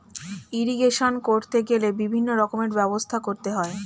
irrigation করতে গেলে বিভিন্ন রকমের ব্যবস্থা করতে হয়